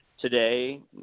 today